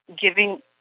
giving